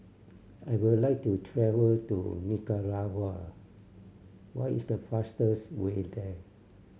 I would like to travel to Nicaragua what is the fastest way there